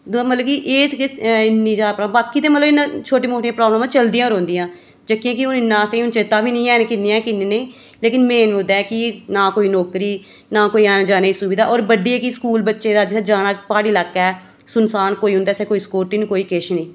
मतलब की एह् इन्नी जादा प्राब्लम मतलब इ'यां छोटी मोटियां प्राब्लमां चलदियां रौंह्दियां जेह्कियां की हून इन्नियां असां ई चेता बी ऐ निं किन्नी ऐ किन्नी नेईं लेकिन मेन मुद्दा ऐ कि न कोई नौकरी न कोई आनै जाने दी सुविधा बड्डी एह् ऐ की स्कूल बच्चे दा जित्थै जाना प्हाड़ी लाका ऐ सुनसान कोई उंदे आस्तै कोई इन्सान कोई उं'दे आस्तै कोई सैक्युरिटी निं कोई किश निं